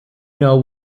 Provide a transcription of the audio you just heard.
know